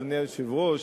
אדוני היושב-ראש,